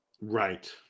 Right